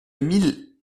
mille